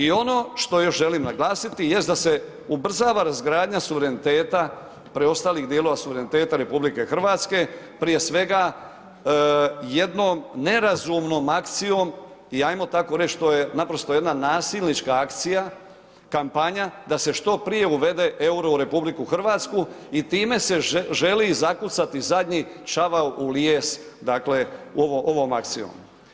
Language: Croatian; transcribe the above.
I ono što još želim naglasiti da se ubrzava razgradnja suvereniteta, preostalih dijelova suvereniteta RH, prije svega jednom nerazumnom akcijom i ajmo tako reći to je naprosto jedan nasilnička akcija, kampanja da se što prije uvede EUR-o u RH i time se želi zakucati zadnji čavao u lijes, dakle ovom akcijom.